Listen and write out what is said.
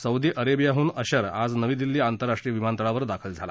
Saudi अरेबियाहून अशर तो आज नवी दिल्ली आंतरराष्ट्रीय विमानतळावर दाखल झाला